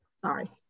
Sorry